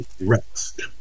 rest